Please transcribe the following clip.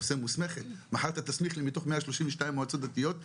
מחר אתה תסמיך לי מתוך 132 מועצות דתיות,